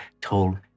told